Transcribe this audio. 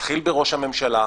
מתחיל בראש הממשלה,